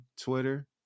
twitter